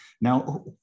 Now